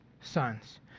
sons